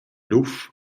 luf